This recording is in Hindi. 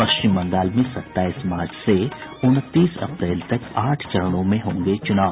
पश्चिम बंगाल में सताईस मार्च से उनतीस अप्रैल तक आठ चरणों में होंगे चूनाव